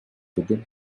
within